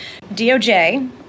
DOJ